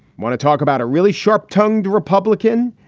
want to talk about a really sharp tongued republican.